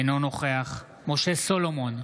אינו נוכח משה סולומון,